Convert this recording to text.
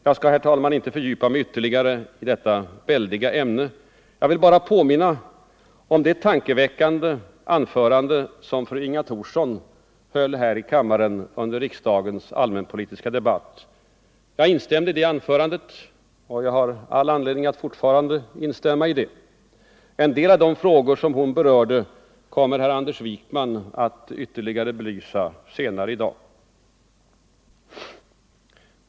Jag skall, herr talman, inte fördjupa mig ytterligare i detta väldiga ämne. Jag vill bara påminna om det tankeväckande anförande som fru Inga Thorsson höll här i kammaren under riksdagens allmänpolitiska debatt. Jag instämde i det anförandet och jag har all anledning att fortfarande instämma i det. En del av de frågor som hon berörde kommer herr Anders Wijkman att ytterligare belysa senare i dag.